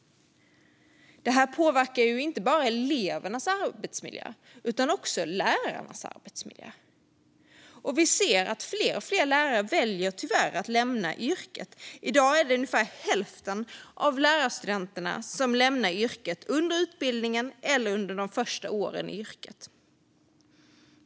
Det påverkar inte bara elevernas arbetsmiljö utan också lärarnas arbetsmiljö. Vi ser också att alltfler lärare tyvärr väljer att lämna yrket. I dag lämnar ungefär hälften under lärarutbildningen eller under de första åren i yrket.